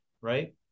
right